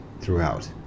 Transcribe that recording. throughout